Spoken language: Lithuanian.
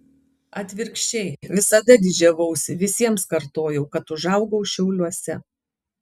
atvirkščiai visada didžiavausi visiems kartojau kad užaugau šiauliuose